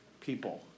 people